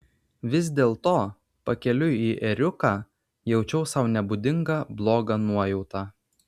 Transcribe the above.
vis dėlto pakeliui į ėriuką jaučiau sau nebūdingą blogą nuojautą